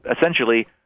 essentially